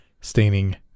staining